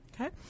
Okay